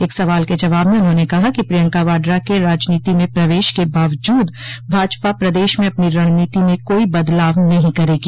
एक सवाल के जवाब में उन्होंने कहा कि प्रियंका वाड्रा के राजनीति में प्रवेश के बावजूद भाजपा प्रदेश में अपनी रणनीति में कोई बदलाव नहीं करेगी